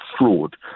fraud